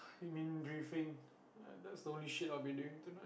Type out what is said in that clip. you mean briefing that's the only shit I'll be doing tonight